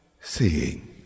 seeing